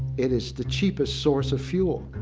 it is the cheapest source of fuel,